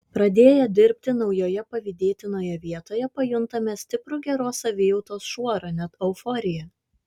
pradėję dirbti naujoje pavydėtinoje vietoje pajuntame stiprų geros savijautos šuorą net euforiją